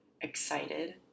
excited